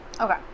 Okay